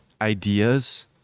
ideas